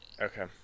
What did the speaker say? okay